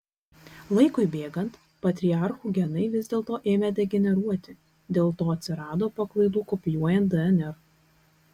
laikui bėgant patriarchų genai vis dėlto ėmė degeneruoti dėl to atsirado paklaidų kopijuojant dnr